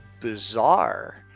bizarre